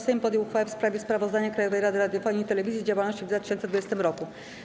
Sejm podjął uchwałę w sprawie Sprawozdania Krajowej Rady Radiofonii i Telewizji z działalności w 2020 roku.